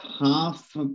half